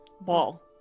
Ball